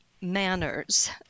manners